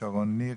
שרון ניר,